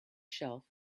shelf